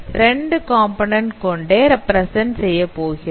2 component கொண்டே represent செய்யப்போகிறோம்